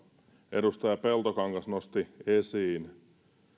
edustaja peltokangas nosti esiin